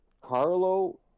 Carlo